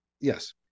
Yes